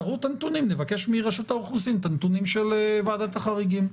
נבקש מרשות האוכלוסין את הנתונים של ועדת החריגים.